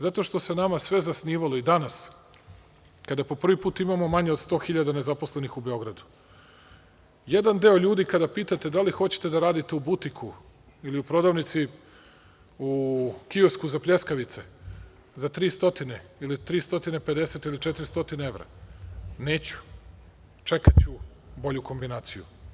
Zato što se nama sve zasnivalo, a i danas, kada po prvi put imamo manje od 100 hiljada nezaposlenih u Beogradu, jedan deo ljudi kada pitate da li hoće da rade u butiku ili u prodavnici, u kiosku za pljeskavice, za 300 ili 350 ili 400 evra, oni kažu – neću, čekaću bolju kombinaciju.